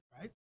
right